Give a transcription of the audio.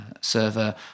server